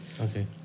Okay